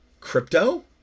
crypto